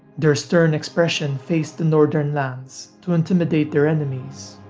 their stern expression faced the northern lands to intimidate their enemies,